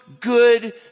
good